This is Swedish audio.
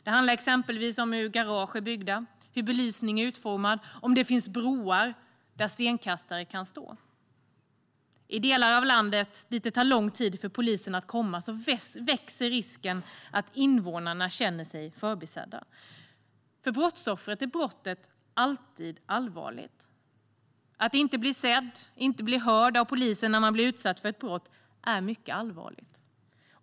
Det handlar exempelvis om hur garage är byggda, hur belysning är utformad och om det finns broar där stenkastare kan stå. I delar av landet dit det tar lång tid för polisen att komma växer risken att invånarna känner sig förbisedda. För brottsoffret är brottet alltid allvarligt. Att inte bli sedd och inte bli hörd av polisen när man blir utsatt för ett brott är mycket allvarligt.